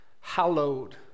hallowed